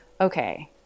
okay